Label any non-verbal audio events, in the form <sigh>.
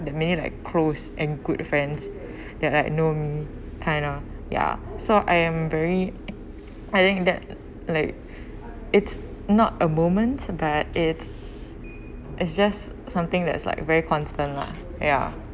that many like close and good friends <breath> that like know me kind of ya so I am very <noise> I think that <noise> like it's not a moment but it's it's just something that's like very constant lah ya